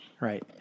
Right